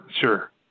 Sure